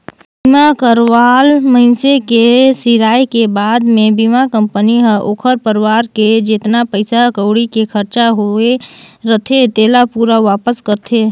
बीमा करवाल मइनसे के सिराय के बाद मे बीमा कंपनी हर ओखर परवार के जेतना पइसा कउड़ी के खरचा होये रथे तेला पूरा वापस करथे